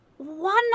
One